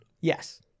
Yes